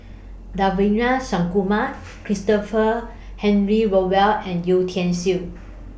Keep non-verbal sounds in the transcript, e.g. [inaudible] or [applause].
[unintelligible] Christopher Henry Rothwell and Yeo Tiam Siew